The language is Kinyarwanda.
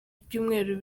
ibyumweru